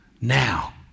now